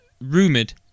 rumoured